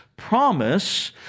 promise